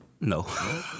No